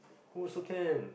pull also can